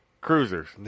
cruisers